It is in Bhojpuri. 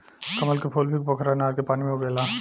कमल के फूल भी पोखरा नहर के पानी में उगेला